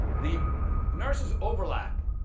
the nurses overlap.